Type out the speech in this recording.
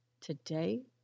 Today